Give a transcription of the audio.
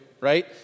right